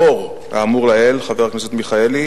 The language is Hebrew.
כעת, חבר הכנסת גאלב מג'אדלה.